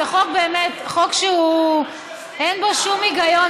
זה חוק שאין בו שום היגיון,